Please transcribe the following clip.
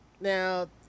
Now